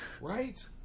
Right